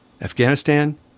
Afghanistan